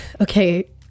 Okay